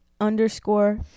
underscore